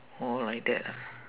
oh like that ah